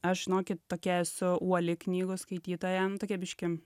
aš žinokit tokia esu uoli knygų skaitytoja nu tokia biškį